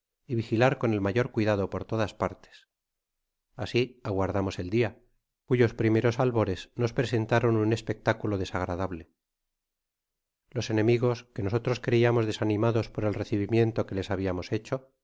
y vigilar con el mayor cuidado por todas partes asi aguardamos el dia cuyos primeros albores nos presentaron un espectaculo desagradable los enemigos que nosotros creiamos desanimados por el recwmieoio que les habiamos hecho